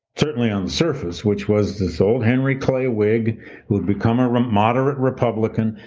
certainly on the surface, which was this old henry clay whig who had become a moderate republican,